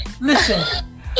Listen